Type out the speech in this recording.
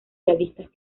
realistas